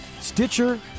Stitcher